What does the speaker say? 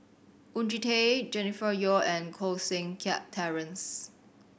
Oon Jin Teik Jennifer Yeo and Koh Seng Kiat Terence